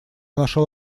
нашел